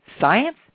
science